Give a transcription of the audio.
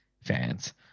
fans